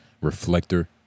reflector